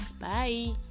Bye